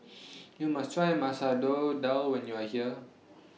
YOU must Try Dal when YOU Are here